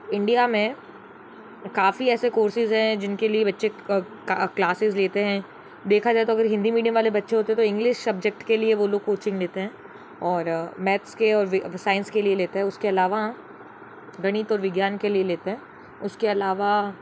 India में काफ़ी ऐसे कोर्सेज़ हैं जिनके लिए बच्चे क्लासेज़ लेते हैं देखा जाए तो अगर हिंदी मीडियम वाले बच्चे होते है तो इंग्लिश सब्जेक्ट के लिए वो लोग कोचिंग लेते हैं और मैथ्स और साइंस के लिए लेते है उस के आलावा गणित और विज्ञान के लिए लेते हैं उसके अलावा